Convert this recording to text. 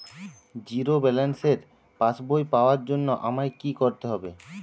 Zero ব্যালেন্সের পাসবই পাওয়ার জন্য আমায় কী করতে হবে?